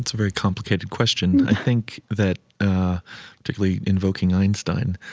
very complicated question. i think that typically invoking einstein,